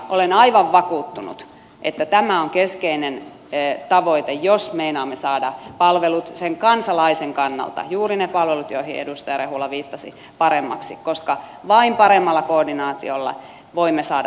olen aivan vakuuttunut että tämä on keskeinen tavoite jos meinaamme saada palvelut kansalaisen kannalta juuri ne palvelut joihin edustaja rehula viittasi paremmaksi koska vain paremmalla koordinaatiolla voimme saada